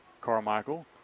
Carmichael